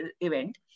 event